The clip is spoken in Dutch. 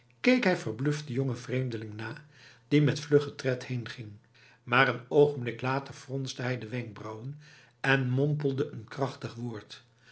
hij verbluft de jonge vreemdeling na die met vlugge tred heenging maar een ogenblik later fronste hij de wenkbrauwen en mompelde een krachtig woord